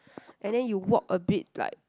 and then you walk a bit like